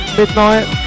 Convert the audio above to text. midnight